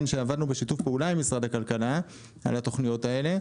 שעבדנו בשיתוף פעולה עם משרד הכלכלה על התכניות האלה.